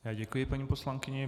Já děkuji paní poslankyni.